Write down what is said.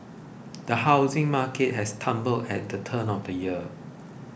the housing market has stumbled at the turn of the year